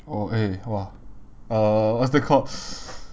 oh eh !wah! uh what's that called